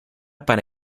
para